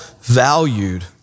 valued